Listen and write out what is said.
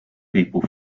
people